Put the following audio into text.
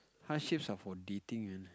hardships are for dating man